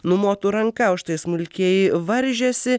numotų ranka o štai smulkieji varžėsi